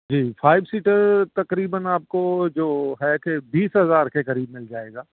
جی five seater تقریباً آپ کو جو ہے کہ بیس ہزار کے قریب مل جائے گا